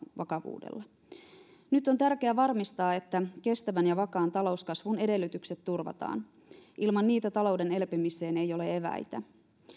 vakavuudella nyt on tärkeä varmistaa että kestävän ja vakaan talouskasvun edellytykset turvataan ilman niitä talouden elpymiseen ei ole eväitä